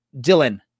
Dylan